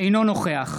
אינו נוכח